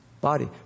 body